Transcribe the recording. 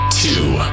two